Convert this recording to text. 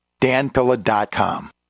danpilla.com